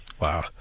Wow